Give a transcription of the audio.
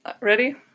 ready